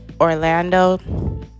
Orlando